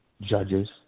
judges